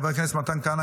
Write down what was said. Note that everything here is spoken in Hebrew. חבר הכנסת מתן כהנא,